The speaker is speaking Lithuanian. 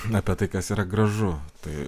apie tai kas yra gražu tai